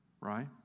right